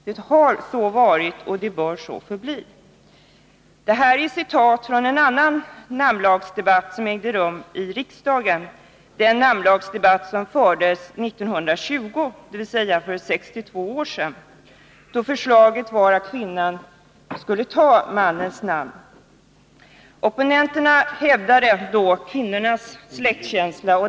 Det har så varit och det bör så förbli.” Detta är citat från en annan namnlagsdebatt, som ägde rum i riksdagen 1920, dvs. för 62 år sedan. Förslaget var då att kvinnan skulle ta mannens namn. Opponenterna hävdade kvinnornas släktkänsla.